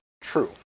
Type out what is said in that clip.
true